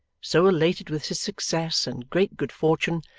so elated with his success and great good fortune,